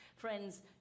Friends